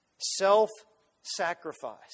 Self-sacrifice